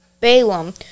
Balaam